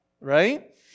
right